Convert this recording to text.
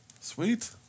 Sweet